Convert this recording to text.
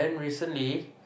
and recently